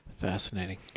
Fascinating